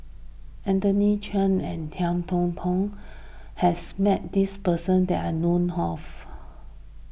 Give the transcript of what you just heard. Anthony Chen and Ngiam Tong Dow has met this person that I know of